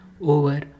over